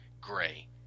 Gray